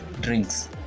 drinks